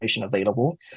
available